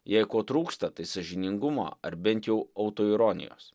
jei ko trūksta tai sąžiningumo ar bent jau autoironijos